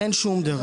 אין שום דרך.